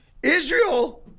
Israel